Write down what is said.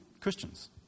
Christians